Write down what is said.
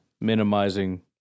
minimizing